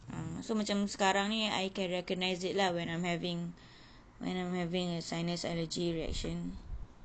ah so macam sekarang ni I can recognize it lah when I'm having when I'm having a sinus allergy reaction